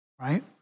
right